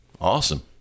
Awesome